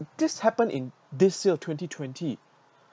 this happen in this year twenty twenty